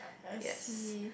I see